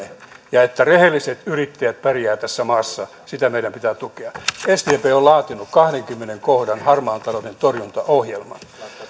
ja että rehelliset yrittäjät pärjäävät tässä maassa sitä meidän pitää tukea sdp on laatinut kahdennenkymmenennen kohdan harmaan talouden torjuntaohjelman